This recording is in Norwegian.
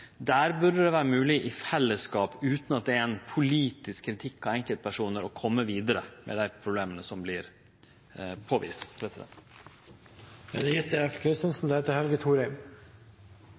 burde det vere mogleg i fellesskap – utan at det er ein politisk kritikk av enkeltpersonar – å kome vidare med dei problema som vert påviste. «Etter Riksrevisjonens mening er det